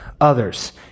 others